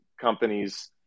companies